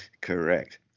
Correct